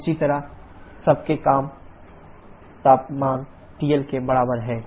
इसी तरह सबसे कम तापमान TLके बराबर है TLT3T4Tsat